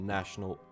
National